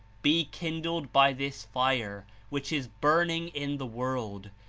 be kindled by this fire which is burning in the world,